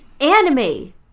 anime